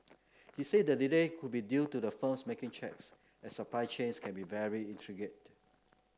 he said the delay could be due to the firms making checks as supply chains can be very intricate